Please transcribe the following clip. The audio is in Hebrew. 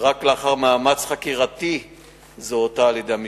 ורק לאחר מאמץ חקירתי זוהתה על-ידי המשטרה.